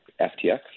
ftx